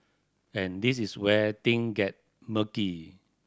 and this is where thing get murky